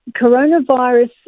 coronavirus